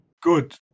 good